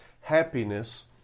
happiness